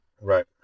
Right